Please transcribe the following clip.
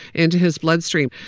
into his bloodstream.